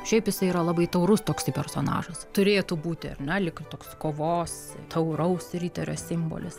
šiaip jisai yra labai taurus toksai personažas turėtų būti ar ne lyg ir toks kovos tauraus riterio simbolis